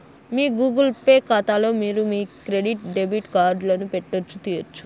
మీ Google Pay కాతాలో మీరు మీ క్రెడిట్ డెబిట్ కార్డులను పెట్టొచ్చు, తీయొచ్చు